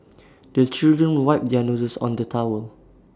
the children wipe their noses on the towel